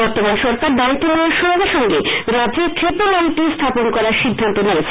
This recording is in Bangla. বর্তমান সরকার দায়িত্ব নেওয়ার সঙ্গে সঙ্গেই রাজ্যে ট্রিপল আই টি স্থাপন করার সিদ্ধান্ত নিয়েছে